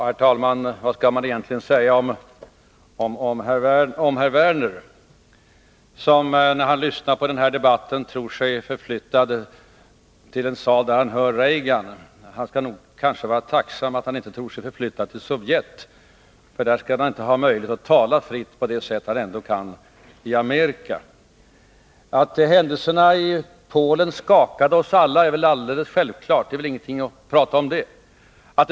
Herr talman! Vad skall man egentligen säga om herr Werner som, när han lyssnar på den här debatten, tror sig förflyttad till en sal där han hör Reagan tala? Han bör nog vara tacksam för att han inte tror sig förflyttad till Sovjet — där skulle han inte ha haft någon möjlighet att tala fritt på det sätt som man ändå kan göra i Amerika. Att händelserna i Polen skakade oss alla är alldeles självklart; det finns väl ingen anledning att närmare gå in på det.